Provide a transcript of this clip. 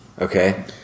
Okay